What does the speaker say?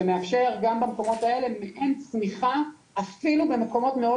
שמאפשר גם במקומות האלה צמיחה אפילו במקומות מאוד